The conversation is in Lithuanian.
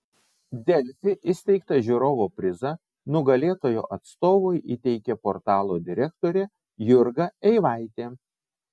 delfi įsteigtą žiūrovo prizą nugalėtojo atstovui įteikė portalo direktorė jurga eivaitė